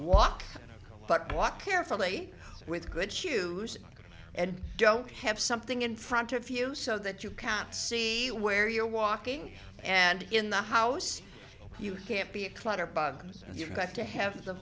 walk but walk carefully with good shoes and don't have something in front of you so that you can't see where you're walking and in the house you can't be a clutter bug and you've got to have the